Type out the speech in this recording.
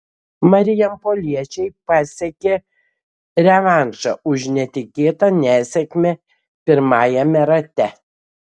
marijampoliečiai pasiekė revanšą už netikėtą nesėkmę pirmajame rate